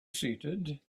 seated